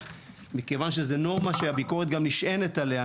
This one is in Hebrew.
מכיוון שזה נורמה שהביקורת גם נשענת עליה.